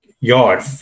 yard